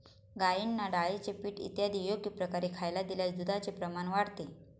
गाईंना डाळीचे पीठ इत्यादी योग्य प्रकारे खायला दिल्यास दुधाचे प्रमाण वाढते